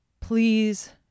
please